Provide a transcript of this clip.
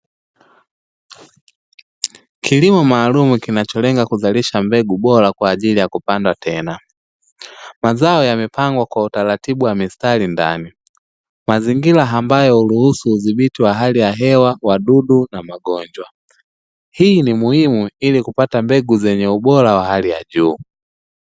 Kilimo maalum kinacholenga kuzalisha mbegu bora kwa ajili ya kupanda tena, mazao yamepangwa kwa utaratibu wa mistari ndani mazingira ambayo huruhusu udhibiti wa hali ya hewa wadudu na magonjwa, hii ni muhimu ili kupata mbegu zenye ubora wa hali ya juu.